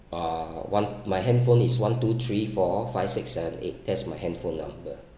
uh one my handphone is one two three four five six seven eight that's my handphone number